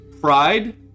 Pride